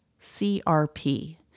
CRP